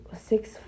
six